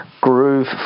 groove